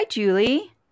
Julie